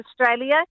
Australia